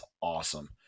awesome